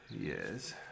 Yes